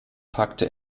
packte